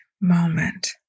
moment